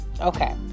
Okay